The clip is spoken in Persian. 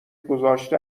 گذاشته